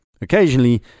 Occasionally